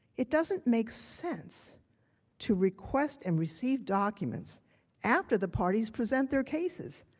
it doesn't make sense to request and receive documents after the parties present their cases.